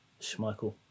Schmeichel